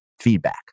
feedback